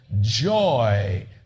joy